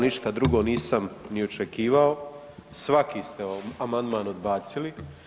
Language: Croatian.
Ništa drugo nisam ni očekivao, svaki ste amandman odbacili.